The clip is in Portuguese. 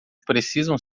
precisam